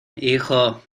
hijo